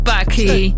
Bucky